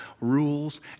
rules